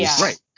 Right